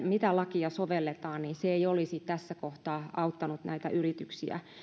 mitä lakia sovelletaan se ei olisi tässä kohtaa auttanut näitä yrityksiä